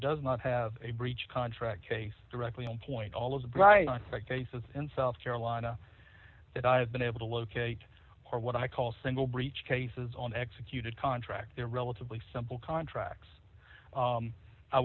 does not have a breach of contract case directly on point all those bright cases in south carolina that i've been able to locate or what i call single breach cases on executed contract they're relatively simple contracts